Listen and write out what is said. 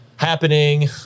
happening